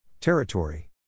Territory